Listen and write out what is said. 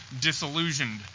disillusioned